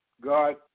God